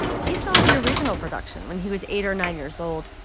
he saw the original production when he was eight or nine years old,